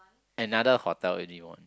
another hotel any one